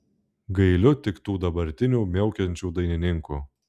gailiu tik tų dabartinių miaukiančių dainininkų